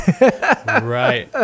Right